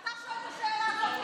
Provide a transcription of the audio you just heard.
אתה שואל את השאלה הזו?